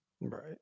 right